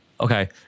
okay